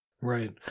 Right